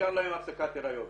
מאושר להן הפסקת הריון.